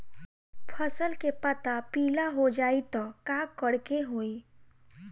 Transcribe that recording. फसल के पत्ता पीला हो जाई त का करेके होई?